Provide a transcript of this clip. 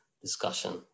discussion